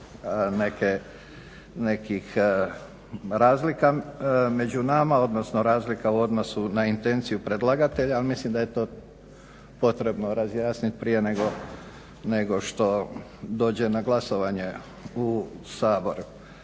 nema nekih razlika među nama, odnosno razlika u odnosu na intenciju predlagatelja. Ali mislim da je to potrebno razjasniti prije nego što dođe na glasovanje u Sabor.